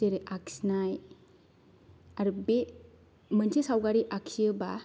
जेरै आखिनाय आरो बे मोनसे सावगारि आखियोब्ला